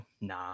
nah